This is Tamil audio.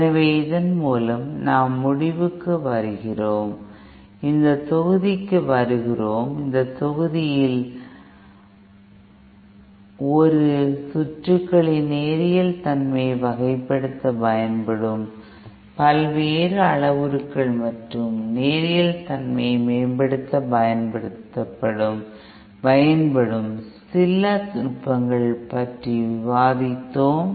எனவே இதன் மூலம் நாம் முடிவுக்கு வருகிறோம் இந்த தொகுதிக்கு வருகிறோம் இந்த தொகுதியில் ஒரு சுற்றுகளின் நேரியல் தன்மையை வகைப்படுத்த பயன்படும் பல்வேறு அளவுருக்கள் மற்றும் நேரியல் தன்மையை மேம்படுத்த பயன்படும் சில நுட்பங்கள் பற்றி விவாதித்தோம்